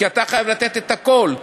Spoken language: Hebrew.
כי אתה חייב לתת את הכול.